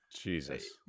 Jesus